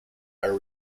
are